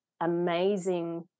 amazing